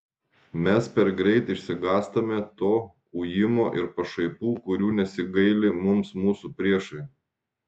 mes per greit išsigąstame to ujimo ir pašaipų kurių nesigaili mums mūsų priešai